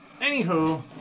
Anywho